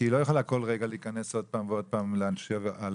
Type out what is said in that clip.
כי היא לא יכולה כל כרגע להיכנס עוד פעם ועוד פעם להשיב על